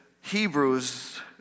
Hebrews